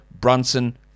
Brunson